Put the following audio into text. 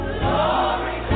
Glory